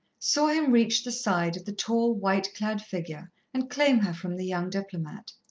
saw him reach the side of the tall, white-clad figure, and claim her from the young diplomat.